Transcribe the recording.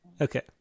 Okay